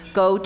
go